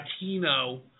Latino